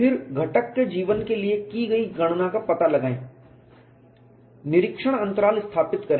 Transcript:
फिर घटक के जीवन के लिए की गई गणना का पता लगाएं निरीक्षण अंतराल स्थापित करें